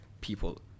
people